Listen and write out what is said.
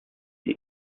die